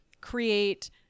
create